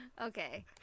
Okay